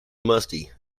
musty